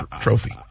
trophy